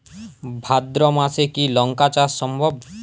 ভাদ্র মাসে কি লঙ্কা চাষ সম্ভব?